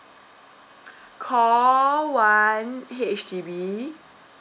call one H_D_B